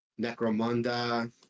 Necromunda